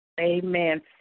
Amen